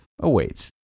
awaits